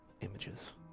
images